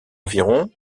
environ